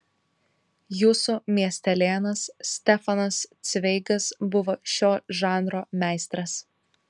jūsų miestelėnas stefanas cveigas buvo šio žanro meistras